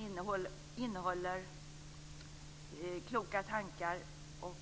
De innehåller kloka tankar och